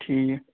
ٹھیٖک